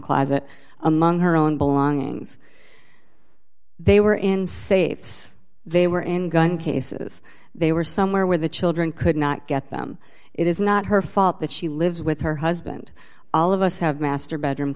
closet among her own belongings they were in safes they were in gun cases they were somewhere where the children could not get them it is not her fault that she lives with her husband all of us have master bedroom